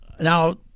Now